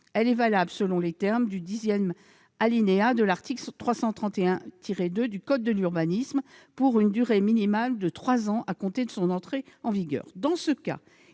Elle est valable, selon les termes du dixième alinéa de l'article L. 331-2 du code de l'urbanisme, pour une durée minimale de trois ans à compter de son entrée en vigueur.